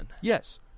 Yes